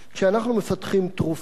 כשאנחנו מפתחים תרופה